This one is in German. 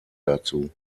dazu